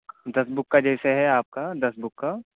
دس book کا جیسے ہے آپ کا دس بک کا